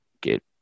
get